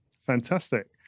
Fantastic